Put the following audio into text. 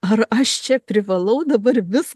ar aš čia privalau dabar vis